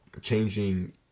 changing